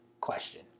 question